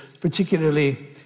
particularly